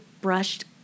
brushed